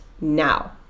now